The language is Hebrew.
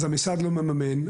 אז המשרד לא מממן,